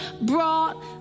brought